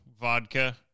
vodka